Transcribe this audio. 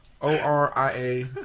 O-R-I-A